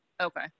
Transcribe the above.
Okay